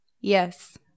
Yes